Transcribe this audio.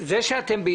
לביטחון פנים,